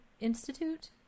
Institute